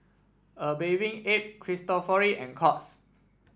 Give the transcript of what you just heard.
A Bathing Ape Cristofori and Courts